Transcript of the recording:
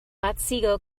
otsego